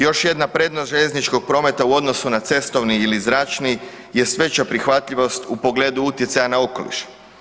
Još jedna prednost željezničkog prometa u odnosu na cestovni ili zračni jest veća prihvatljivost u pogledu utjecaja na okoliš.